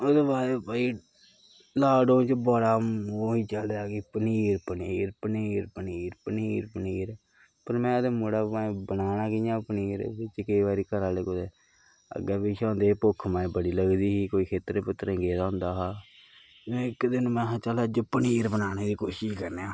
ओह्दे बाद भाई लाकडाउन च बड़ा ओह् बी चलेआ कि पनीर पनीर पनीर पनीर पनीर पनीर पर में ते मुड़ा बनाना कियां पनीर बिच्च केईं बारी घरै आह्ले कुतै अग्गें पिच्छें होंदे हे भुक्ख माए बड़ी लगदी ही कोई खेत्तरें खुत्तरें गेदा होंदा हा महां इक दिन महां चल अज्ज पनीर बनाने दी कोशश करने आं